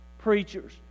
preachers